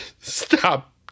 stop